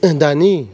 दानि